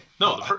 No